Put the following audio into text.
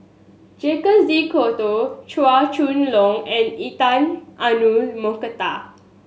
Jacques De Coutre Chua Chong Long and Intan Azura Mokhtar